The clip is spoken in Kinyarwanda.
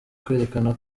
kwerekana